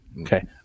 Okay